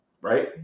right